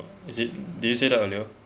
is it do you say that earlier